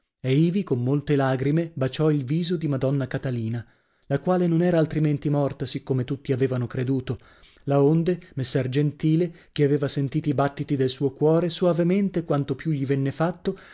e ivi con molte lagrime baciò il viso di madonna catalina la quale non era altrimenti morta siccome tutti avevano creduto laonde messer gentile che aveva sentiti i battiti del suo cuore soavemente quanto più gli venne fatto